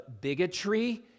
bigotry